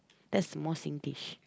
that's the more Singlish